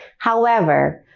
however,